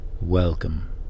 Welcome